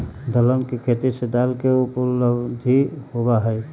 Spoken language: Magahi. दलहन के खेती से दाल के उपलब्धि होबा हई